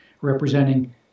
representing